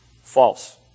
False